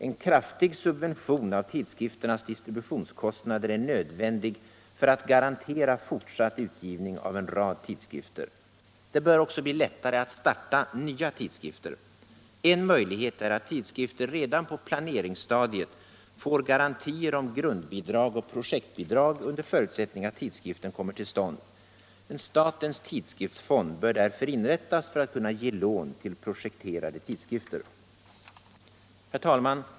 En kraftig subvention av tidskrifternas distributionskostnader är nödvändig för att garantera fortsatt utgivning av en rad tidskrifter. Det bör också bli lättare att starta nya tidskrifter. En möjlighet är att tidskrifter redan på planeringsstadiet får garantier om grundbidrag och projektbidrag, under förutsättning att tidskriften kommer till stånd. En statens tidskriftsfond bör därför inrättas för att kunna ge lån till projekterade tidskrifter. Herr talman!